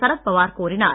சரத் பவார் கூறினார்